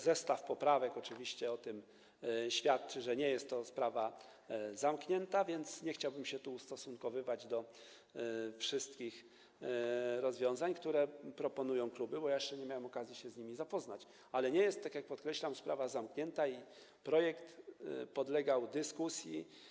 Zestaw poprawek oczywiście świadczy o tym, że nie jest to sprawa zamknięta, więc nie chciałbym się tu ustosunkowywać do wszystkich rozwiązań, które proponują kluby, bo jeszcze nie miałem okazji się z nimi zapoznać, ale tak jak podkreślam, sprawa nie jest zamknięta i projekt podlegał dyskusji.